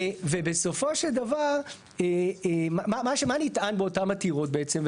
ובסופו של דבר מה נטען באותן עתירות בעצם?